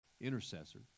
intercessor